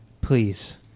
Please